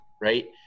right